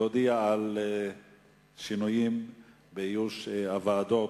להודיע על שינויים באיוש הוועדות.